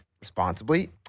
responsibly